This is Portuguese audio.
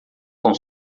com